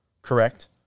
Correct